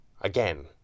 Again